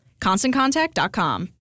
ConstantContact.com